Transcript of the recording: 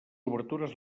obertures